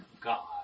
God